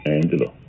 Angelo